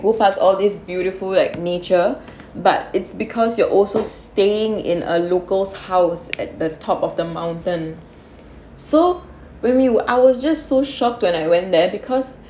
pass all these beautiful like nature but it's because you are also staying in a locals house at the top of the mountain so when we were I was just so shocked when I went there because